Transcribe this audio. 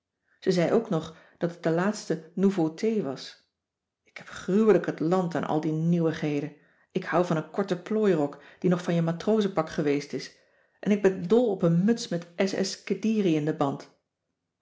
ze zei ook nog dat het de laatste nouveauté was ik heb gruwelijk het land aan al die nieuwigheden ik houd van een korte plooirok die nog van je matrozenpak geweest is en ik ben dol op een muts met s s kediri in den band